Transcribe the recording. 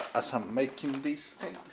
as i'm making this thing.